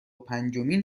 پنجمین